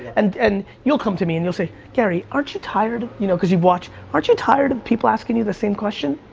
and and you will come to me and say gary aren't you tired, you know cause you've watched, aren't you tired of people asking you the same question?